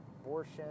Abortion